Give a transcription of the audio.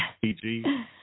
PG